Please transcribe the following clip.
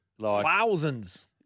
Thousands